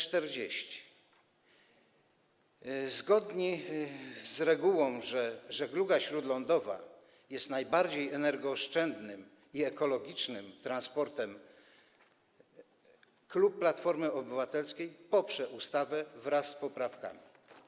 Zgodnie z regułą, że żegluga śródlądowa jest najbardziej energooszczędnym i ekologicznym transportem, klub Platformy Obywatelskiej poprze ustawę wraz z poprawkami.